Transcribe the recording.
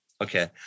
Okay